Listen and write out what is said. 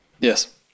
Yes